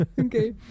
Okay